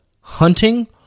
Hunting